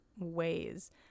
ways